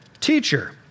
teacher